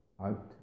out